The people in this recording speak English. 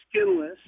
skinless